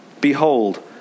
Behold